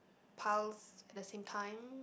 piles at the same time